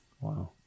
Wow